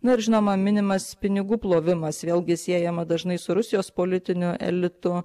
na ir žinoma minimas pinigų plovimas vėlgi siejama dažnai su rusijos politiniu elitu